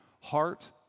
heart